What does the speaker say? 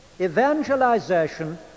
Evangelization